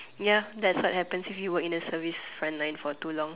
ya that's what happens if you are in the service front line for too long